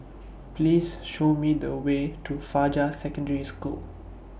Please Show Me The Way to Fajar Secondary School